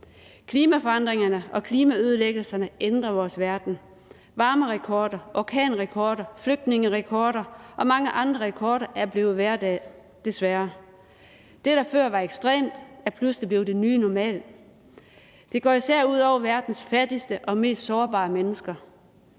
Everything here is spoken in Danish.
Klimaforandringerne og klimaødelæggelserne ændrer vores verden. Varmerekorder, orkanrekorder, flygtningerekorder og mange andre rekorder er blevet hverdag, desværre. Det, der før var ekstremt, er pludselig blevet det nye normale. Det går især ud over verdens fattigste og mest sårbare mennesker,